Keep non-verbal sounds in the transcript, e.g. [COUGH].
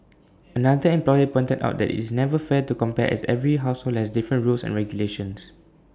[NOISE] another employer pointed out that it's never fair to compare as every household has different rules and regulations